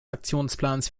aktionsplans